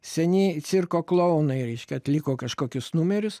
seni cirko klounai reiškia atliko kažkokius numerius